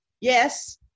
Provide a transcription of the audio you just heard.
yes